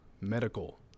medical